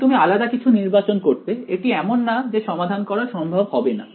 যদি তুমি আলাদা কিছু নির্বাচন করতে এটি এমন না যে সমাধান করা সম্ভব হবে না